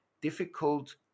difficult